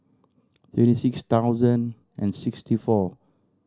twenty six thousand and sixty four